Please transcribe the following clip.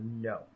no